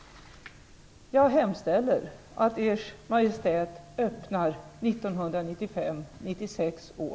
Jag hemställer att Ers Majestät öppnar 1995/96